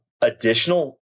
additional